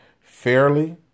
fairly